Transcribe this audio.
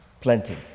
plenty